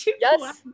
yes